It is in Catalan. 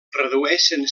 redueixen